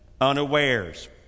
unawares